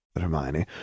Hermione